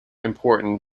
important